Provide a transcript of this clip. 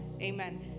Amen